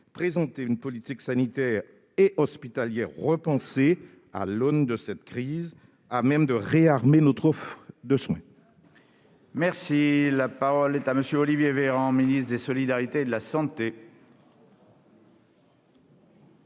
présenter une politique sanitaire et hospitalière repensée à l'aune de cette crise et à même de réarmer notre offre de soins ? La parole est à M. le ministre des solidarités et de la santé.